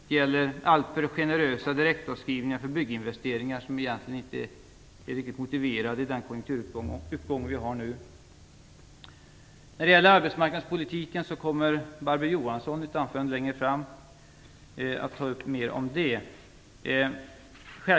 Det gäller alltför generösa direktavskrivningar för bygginvesteringar som egentligen inte är riktigt motiverade i den konjunkturuppgång vi har nu. Barbro Johansson kommer i ett anförande längre fram att ta upp mer om arbetsmarknadspolitiken.